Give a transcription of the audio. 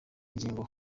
ngingo